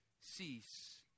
cease